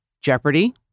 Jeopardy